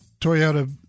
Toyota